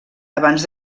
abans